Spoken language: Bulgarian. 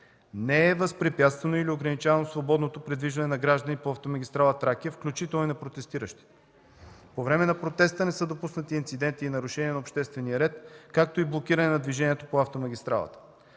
Не е възпрепятствано или ограничавано свободно придвижване на граждани по автомагистрала „Тракия”, включително и на протестиращи. По време на протеста не са допуснати инциденти и нарушения на обществения ред, както и блокиране на движението по автомагистралата.